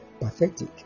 pathetic